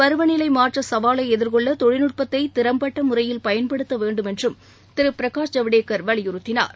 பருவநிலை மாற்ற சவாலை எதிர்கொள்ள தொழில்நுட்பத்தை திறம்பட்ட முறையில் பயன்படுத்த வேண்டும் என்றும் திரு பிரகாஷ் ஜவடேக்கர் வலியுறுத்தினார்